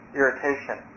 irritation